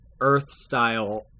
Earth-style